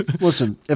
Listen